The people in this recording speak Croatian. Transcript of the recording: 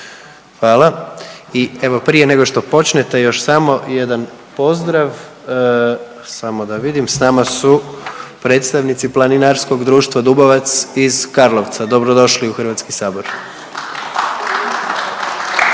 evo prije nego što počnete još samo jedan pozdrav, samo da vidim. Sa nama su predstavnici Planinarskog društva Dubovac iz Karlovca. Dobro došli u Hrvatski sabor!